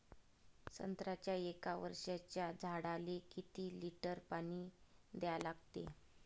संत्र्याच्या एक वर्षाच्या झाडाले किती लिटर पाणी द्या लागते?